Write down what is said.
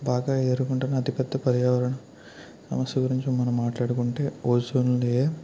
బాగా ఎదుర్కొంటున్న అతిపెద్ద పర్యావరణ సమస్య గురించి మనం మాట్లాడుకుంటే ఓజోన్ లేయర్